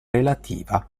relativa